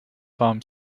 farm